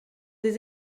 des